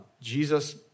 Jesus